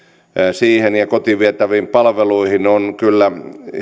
siihen ja kotiin vietäviin palveluihin on kyllä